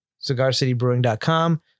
cigarcitybrewing.com